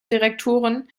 direktoren